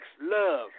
love